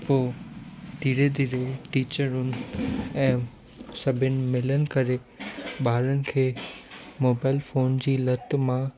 पोइ धीरे धीरे टीचरूनि ऐं सभिनि मिलनि करे ॿारनि खे मोबाइल फ़ोन जी लत मां